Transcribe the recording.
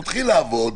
הוא מתחיל לעבוד,